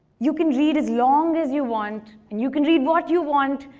you can read as long as you want, and you can read what you want,